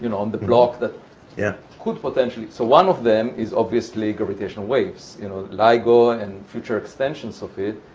you know on the block that yeah could potentially so one of them is obviously gravitational waves, you know, ligo and future extensions of it,